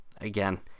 again